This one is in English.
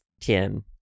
ten